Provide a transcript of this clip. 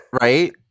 Right